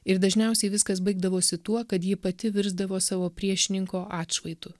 ir dažniausiai viskas baigdavosi tuo kad ji pati virsdavo savo priešininko atšvaitu